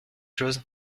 chose